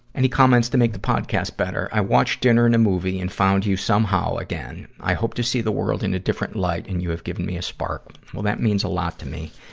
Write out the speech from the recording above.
any comments to make the podcast better? i watched dinner and a movie and found you somehow again. i hope to see the world in a different light, and you have given me a spark. well, that means a lot to me.